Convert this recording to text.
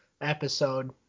episode